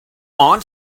aunt